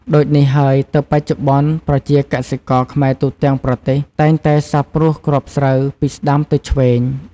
ដូចនេះហើយទើបបច្ចុប្បន្នប្រជាកសិករខ្មែរទូទាំងប្រទេសតែងតែសាបព្រួសគ្រាប់ស្រូវពីស្ដាំទៅឆ្វេង។